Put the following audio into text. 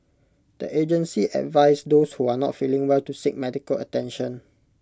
the agency advised those who are not feeling well to seek medical attention